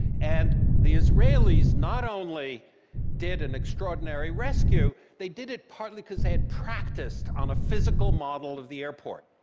and the israelis not only did an extraordinary rescue, they did it partly because they had practiced on a physical model of the airport,